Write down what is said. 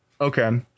okay